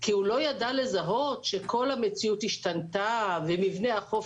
כי הוא לא ידע לזהות שכל המציאות השתנתה ומבנה החוף